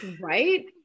Right